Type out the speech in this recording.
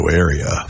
area